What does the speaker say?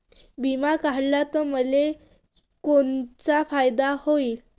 बिमा काढला त मले कोनचा फायदा होईन?